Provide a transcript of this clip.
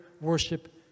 worship